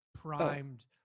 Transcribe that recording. primed